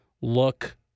look